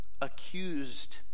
accused